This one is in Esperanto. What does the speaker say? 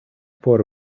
por